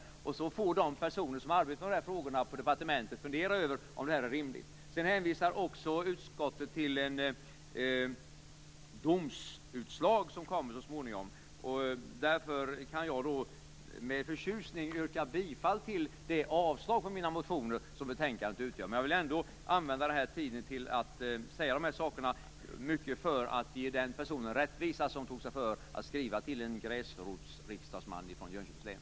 Därefter får de personer som arbetar med dessa frågor på departementet fundera över om förslaget är rimligt. Utskottet hänvisar också till ett domsutslag som kommer så småningom. Därför kan jag med förtjusning yrka bifall till det avslag på mina motioner som betänkandets hemställan utgör. Jag vill ändå använda den här tiden till att säga dessa saker, mycket för att ge den person rättvisa som tog sig tid för att skriva till en gräsrotsriksdagsman från Jönköpings län.